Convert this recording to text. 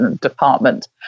department